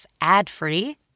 ad-free